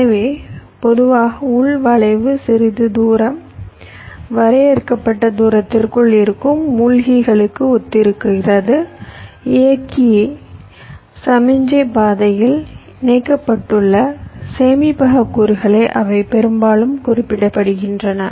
எனவே பொதுவாக உள் வளைவு சிறிது தூரம் வரையறுக்கப்பட்ட தூரத்திற்குள் இருக்கும் மூழ்கிகளுக்கு ஒத்திருக்கிறது இயக்கிய சமிக்ஞை பாதையால் இணைக்கப்பட்டுள்ள சேமிப்பக கூறுகளை அவை பெரும்பாலும் குறிப்பிடப்படுகின்றன